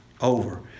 over